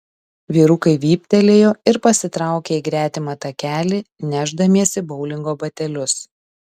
vyrukai vyptelėjo ir pasitraukė į gretimą takelį nešdamiesi boulingo batelius